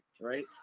right